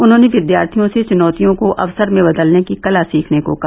उन्होंने विद्यार्थियों से चुनौतियों को अवसर में बदलने की कला सीखने को कहा